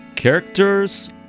Characters